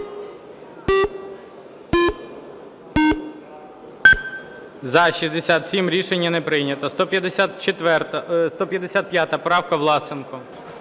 За-67 Рішення не прийнято. 155 правка, Власенко.